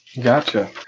Gotcha